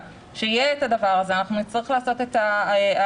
שיהיה את הדבר הזה אנחנו נצטרך לעשות את ההקבלה,